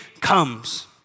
comes